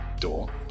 door